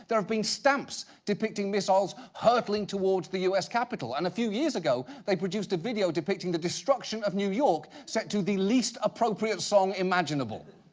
there have been stamps depicting missiles hurtling towards the u s. capitol, and a few years ago, they produced a video depicting the destruction of new york, set to the least appropriate song imaginable.